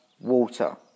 water